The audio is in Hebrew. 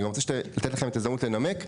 אני רוצה לתת לכם את ההזדמנות לנמק,